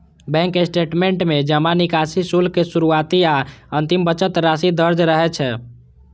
bank statement में जमा, निकासी, शुल्क, शुरुआती आ अंतिम बचत राशि दर्ज रहै छै